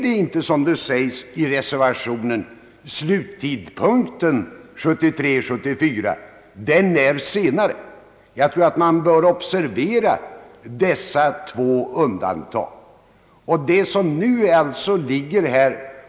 Sluttidpunkten blir då inte årsskiftet 1973— 1974, som det sägs i reservationen, utan den tidpunkten inträffar senare. Jag tror att dessa två undantag bör observeras.